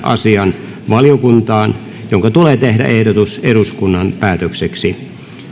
asian valiokuntaan jonka tulee tehdä ehdotus eduskunnan päätökseksi